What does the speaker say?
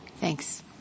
Thanks